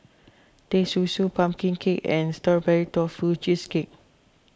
Teh Susu Pumpkin Cake and Strawberry Tofu Cheesecake